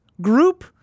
group